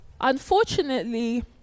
Unfortunately